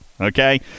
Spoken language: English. okay